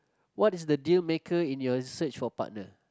what is the dealmaker in your search for partner